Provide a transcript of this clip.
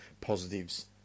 positives